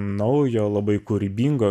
naujo labai kūrybingo